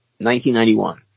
1991